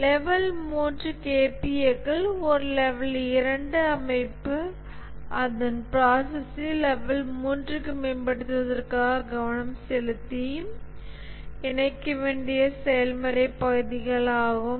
level 3 KPA க்கள் ஒரு level 2 அமைப்பு அதன் ப்ராசஸ்யை லெவல் 3 க்கு மேம்படுத்துவதற்காக கவனம் செலுத்தி இணைக்க வேண்டிய செயல்முறை பகுதிகள் ஆகும்